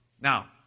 Now